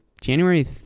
January